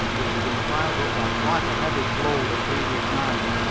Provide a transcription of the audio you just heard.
which had been piled up by quite a heavy blow the previous night.